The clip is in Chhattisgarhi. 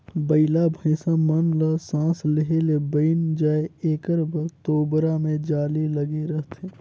बइला भइसा मन ल सास लेहे ले बइन जाय एकर बर तोबरा मे जाली लगे रहथे